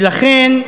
לכן,